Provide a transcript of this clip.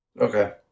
Okay